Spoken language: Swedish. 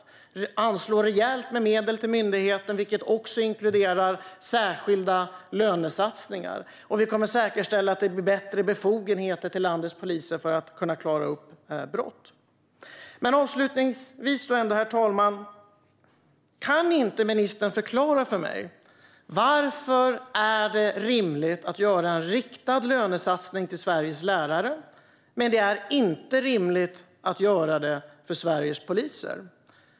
Vi anslår rejält med medel till myndigheten, vilket också inkluderar särskilda lönesatsningar. Vi kommer att säkerställa att landets poliser får bättre befogenheter för att kunna klara upp brott. Avslutningsvis, herr talman, undrar jag om ministern kan förklara för mig varför det är rimligt att göra en riktad lönesatsning till Sveriges lärare men inte rimligt att göra det till Sveriges poliser.